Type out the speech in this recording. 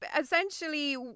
essentially